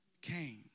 came